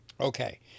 Okay